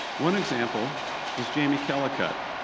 one example is jamie kellicut,